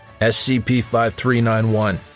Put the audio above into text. SCP-5391